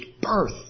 birth